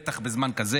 בטח בזמן כזה,